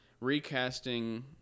recasting